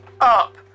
up